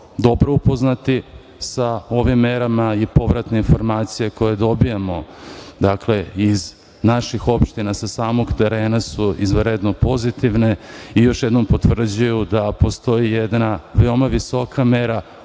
dobro upoznati sa ovim merama i povratne informacije koje dobijamo iz naših opština sa samog terena su izvanredno pozitivne i još jednom potvrđuju da postoji jedna veoma visoka mera